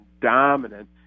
dominant